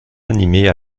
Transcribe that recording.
animés